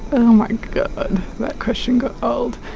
but oh my god, that question got old.